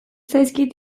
zaizkit